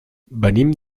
venim